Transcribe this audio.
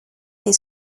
les